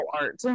art